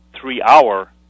three-hour